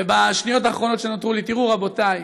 ובשניות האחרונות שנותרו לי, תראו, רבותי,